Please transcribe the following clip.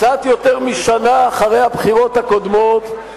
קצת יותר משנה אחרי הבחירות הקודמות,